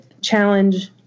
challenge